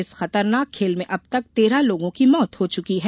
इस खतरनाक खेल में अबतक तेरह लोगों की मौत हो चुकी है